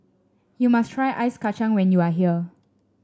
you must try Ice Kachang when you are here